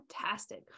Fantastic